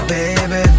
Baby